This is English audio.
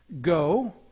Go